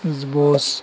bus